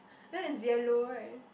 then it's yellow right